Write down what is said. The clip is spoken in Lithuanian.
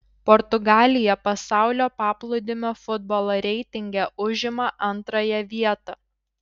portugalija pasaulio paplūdimio futbolo reitinge užima antrąją vietą